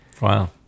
Wow